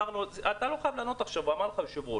אתה לא חייב לענות עכשיו, אמר היושב-ראש.